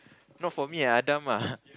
not for me ah I dumb ah